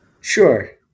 Sure